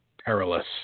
perilous